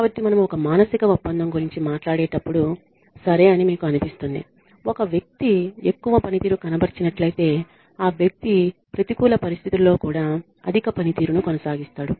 కాబట్టి మనము ఒక మానసిక ఒప్పందం గురించి మాట్లాడేటప్పుడు సరే అని మీకు అనిపిస్తుంది ఒక వ్యక్తి ఎక్కువ పనితీరు కనబరిచినట్లయితే ఆ వ్యక్తి ప్రతికూల పరిస్థితులలో కూడా అధిక పనితీరును కొనసాగిస్తాడు